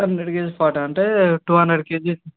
hundred kgs forty అంటే two hundred kgs